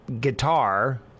guitar